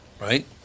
Right